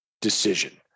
decision